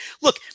look